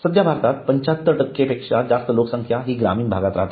सध्या भारतात 75 पेक्षा जास्त लोकसंख्या हि ग्रामीण भागात राहते